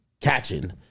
catching